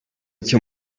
iki